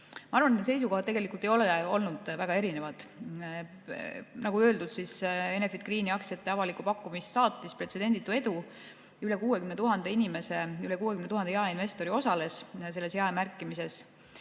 Ma arvan, et need seisukohad tegelikult ei ole olnud väga erinevad. Nagu öeldud, Enefit Greeni aktsiate avalikku pakkumist saatis pretsedenditu edu. Üle 60 000 jaeinvestori osales selles jaemärkimises